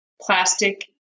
plastic